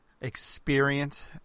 experience